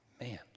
man